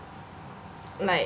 like